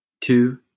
two